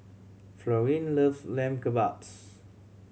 Florine loves Lamb Kebabs